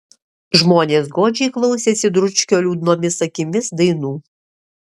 žmonės godžiai klausėsi dručkio liūdnomis akimis dainų